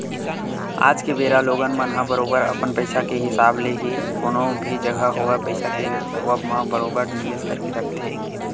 आज के बेरा लोगन मन ह बरोबर अपन पइसा के हिसाब ले ही कोनो भी जघा होवय पइसा के होवब म बरोबर निवेस करके रखथे